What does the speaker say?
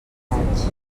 raig